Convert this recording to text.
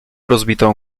rozbitą